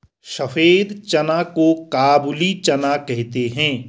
सफेद चना को काबुली चना कहते हैं